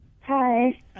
Hi